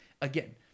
Again